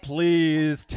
Please